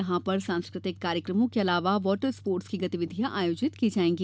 यहां पर सांस्कृतिक कार्यक्रमों को अलावा वॉटर स्पोटर्स की गतिविधियां आयोजित की जायेगी